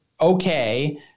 okay